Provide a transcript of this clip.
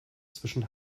zwischen